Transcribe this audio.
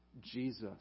Jesus